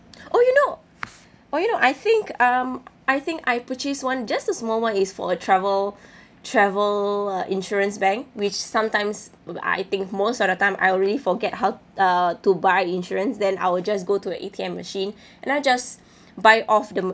or you know or you know I think um I think I purchase one just a small [one] it's for travel travel uh insurance bank which sometimes I think most of the time I really forget how uh to buy insurance then I will just go to A_T_M machine and I just buy off the